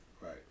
Right